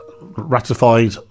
ratified